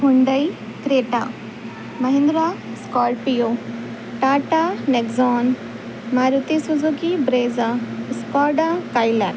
Hyundai Creta Mahindra Scorpio Tata Nexon Maruti Suzuki Brezza Skoda پائلیک